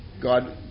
God